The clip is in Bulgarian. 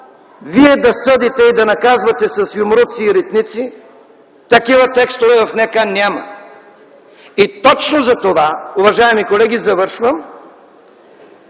вие да съдите и да наказвате с юмруци и ритници? Такива текстове в НК няма! Точно затова – уважаеми колеги, завършвам